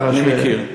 אני מכיר.